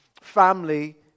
family